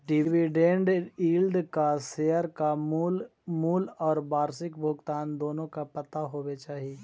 dividend yield ला share का मूल मूल्य और वार्षिक भुगतान दोनों का पता होवे चाही